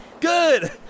Good